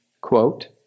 quote